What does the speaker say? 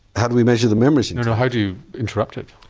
how do we measure the memory? you know no, how do you interrupt it?